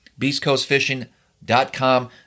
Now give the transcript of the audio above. BeastCoastFishing.com